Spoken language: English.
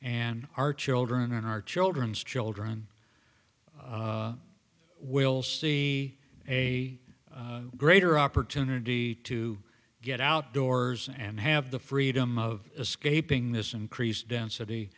and our children and our children's children will see a greater opportunity to get outdoors and have the freedom of escaping this increased density